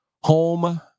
home